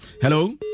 Hello